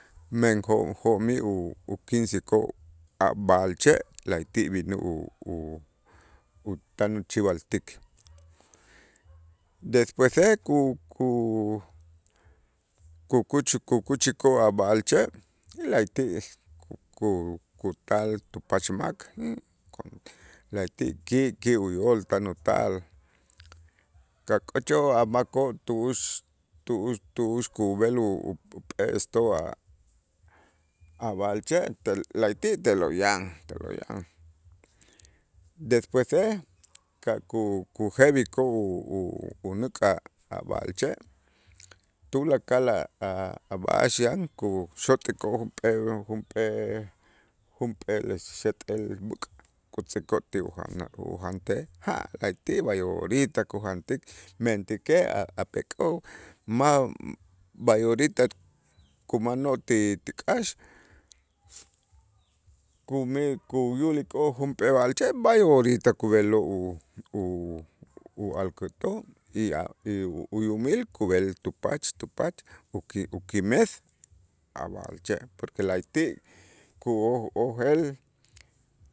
Men jo'- jo'mij u- ukinsikoo' a' b'a'alche' la'ayti' b'in utan chib'altik, despuese ku- ku- ku- kuch kukuchikoo' a' b'a'alche' y la'ayti' ku- kutal tupach mak la'ayti' ki' ki' uyool tan utal, ka' k'ochol a' makoo' tu'ux tu'ux tu'ux kub'el u- up'estoo' a' a' b'a'alche' la'ayti' te'lo' te'lo' yan, despuese ka' ku- kujeb'ikoo' unuk' a'-a' b'a'alche' tulakal a' a' b'a'ax yan kuxot'ikoo' junp'ee- junp'ee- junp'eel xeet'el b'äk kitz'ikoo' ti ujanal ujantej jaa la'ayti' b'ay orita kujantik, mentäkej a' pek'oo' ma' b'ay orita kumanoo' ti ti k'aax kume kuyulikoo' junp'ee b'a'alche' b'ay orita kub'eloo' alkutoo' y a' uyumil kub'el tupach tupach uki- ukimes a' b'a'alche' porque la'ayti' kuyo kuyojel